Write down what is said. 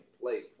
play